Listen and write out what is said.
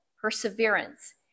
perseverance